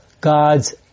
God's